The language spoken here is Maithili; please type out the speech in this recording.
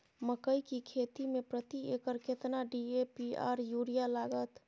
मकई की खेती में प्रति एकर केतना डी.ए.पी आर यूरिया लागत?